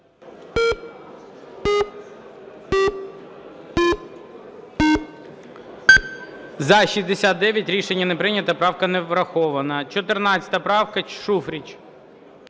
За-60 Рішення не прийнято. Правка не врахована. 145 правка, Шуфрич.